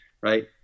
right